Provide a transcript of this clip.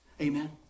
Amen